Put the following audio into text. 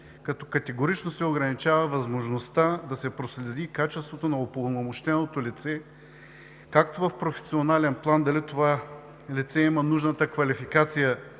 като категорично се ограничава възможността да се проследи качеството на упълномощеното лице – в професионален план дали това лице има нужната квалификация